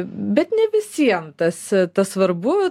bet ne visiem tas tas svarbu